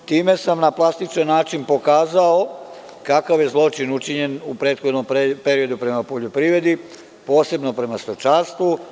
Time sam na plastičan način pokazao kakav je zločin učinjen u prethodnom periodu prema poljoprivredi, posebno prema stočarstvu.